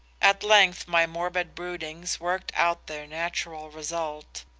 at length my morbid broodings worked out their natural result.